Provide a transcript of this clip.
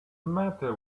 matter